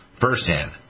firsthand